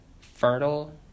fertile